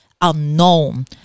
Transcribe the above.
unknown